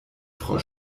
frau